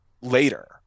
later